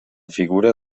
figura